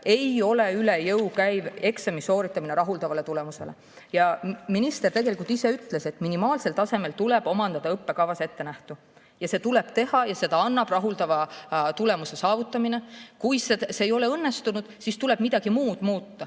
ei käi üle jõu eksami rahuldava tulemusega sooritamine. Minister ise ütles, et minimaalsel tasemel tuleb omandada õppekavas ettenähtu, see tuleb teha ja seda annab rahuldava tulemuse saavutamine. Kui see ei ole õnnestunud, siis tuleb midagi muud muuta.